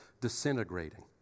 disintegrating